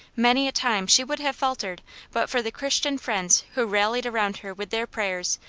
many a time she would have faltered but for the christian friends who rallied around her with their prayers,